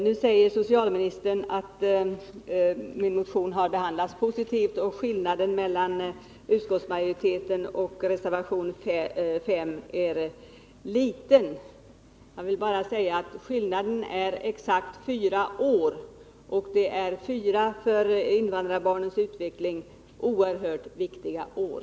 Nu säger socialministern att motionen har behandlats positivt och att skillnaden mellan utskottsmajoritetens förslag och reservationen 5 är liten. Skillnaden är exakt fyra år, och det är fyra för invandrarbarnens utveckling oerhört viktiga år.